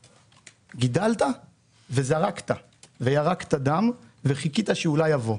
גידלת וזרקת וירקת דם וחיכית שאולי יבוא.